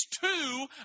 two